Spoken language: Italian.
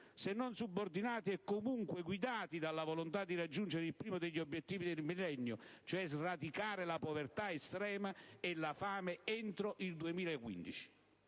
se non subordinati e comunque guidati dalla volontà di raggiungere il primo degli obiettivi del Millennio, cioè sradicare la povertà estrema e la fame entro il 2015.